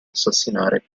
assassinare